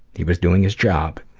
he was doing his job.